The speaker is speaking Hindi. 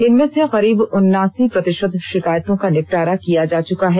इनमें से करीब उन्नासी प्रतिशत शिकायतों का निपटारा किया जा चुका है